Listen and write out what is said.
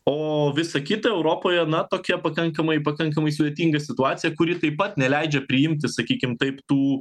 o visa kita europoje na tokia pakankamai pakankamai sudėtinga situacija kuri taip pat neleidžia priimti sakykim taip tų